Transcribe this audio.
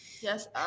Yes